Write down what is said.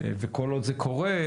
וכל עוד זה קורה,